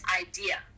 idea